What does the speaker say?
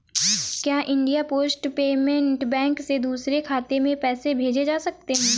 क्या India post payment bank से दूसरे खाते में पैसे भेजे जा सकते हैं?